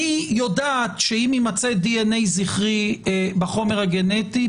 אני יודעת שאם יימצא דנ"א זכרי בחומר הגנטי,